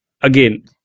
again